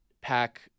pack